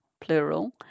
plural